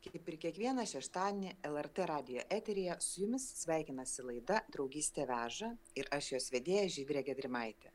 kaip ir kiekvieną šeštadienį lrt radijo eteryje su jumis sveikinasi laida draugystė veža ir aš jos vedėja žydrė gedrimaitė